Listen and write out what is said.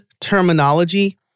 terminology